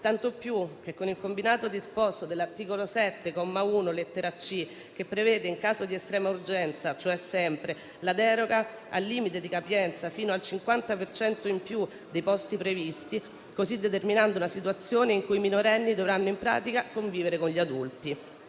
tanto più che il combinato disposto dell'articolo 7, comma 1, lettera *c)*, prevede, in caso di estrema urgenza, cioè sempre, la deroga al limite di capienza fino al 50 per cento in più dei posti previsti, così determinando una situazione in cui i minorenni dovranno, in pratica, convivere con gli adulti.